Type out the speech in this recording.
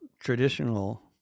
traditional